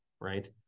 right